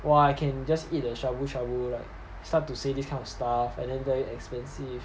!wah! I can just eat the shabu shabu like start to say this kind of stuff and then very expensive